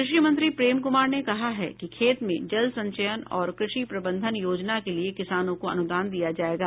कृषि मंत्री प्रेम कुमार ने कहा है कि खेत में जल संचयन और कृषि प्रबंधन योजना के लिए किसानो को अनुदान दिया जाएगा